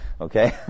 Okay